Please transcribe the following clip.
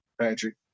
Patrick